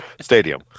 stadium